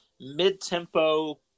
mid-tempo